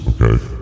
Okay